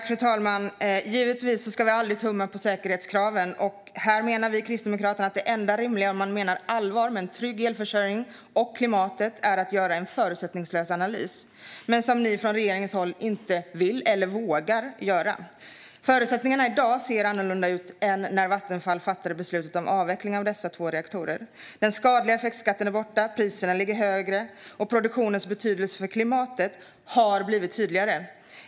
Fru talman! Givetvis ska vi aldrig tumma på säkerhetskraven. Här menar vi i Kristdemokraterna att det enda rimliga om man menar allvar med en trygg elförsörjning och klimatet är att göra en förutsättningslös analys - som ni från regeringen inte vill eller vågar göra. Förutsättningarna ser annorlunda ut i dag än när Vattenfall fattade beslutet om avveckling av de två reaktorerna. Den skadliga effektskatten är borta, priserna ligger högre och produktionens betydelse för klimatet har blivit tydligare.